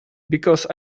because